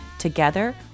Together